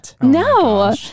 no